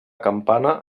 campana